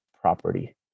property